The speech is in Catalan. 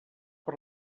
per